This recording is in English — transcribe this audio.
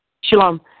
Shalom